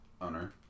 owner